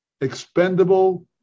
expendable